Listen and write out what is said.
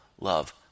love